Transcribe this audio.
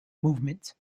movement